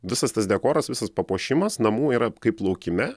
visas tas dekoras visas papuošimas namų yra kaip laukime